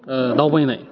दावबायनाय